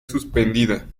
suspendida